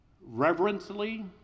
reverently